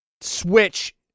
Switch